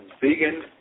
vegan